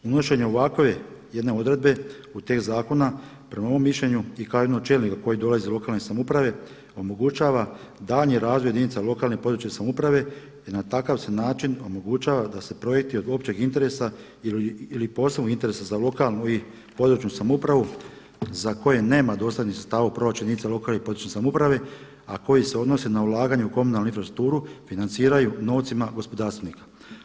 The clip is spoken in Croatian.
Unošenje ovakve jedne odredbe u tekst zakona prema mom mišljenju, i kao jednog od čelnika koji dolazi iz lokalne samouprave, omogućava daljnji razvoj jedinica lokalne i područne samouprave jer na takav se način omogućava da se projekti od općeg interesa ili posebnog interesa za lokalnu i područnu samoupravu za koje nema dostatnih sredstava u proračunu jedinica u lokalnoj i područnoj samoupravi, a koji se odnose na ulaganje u komunalnu infrastrukturu, financiraju novcima gospodarstvenika.